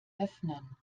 öffnen